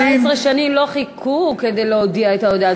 לא חיכו 17 שנים כדי להודיע את ההודעה,